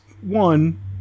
One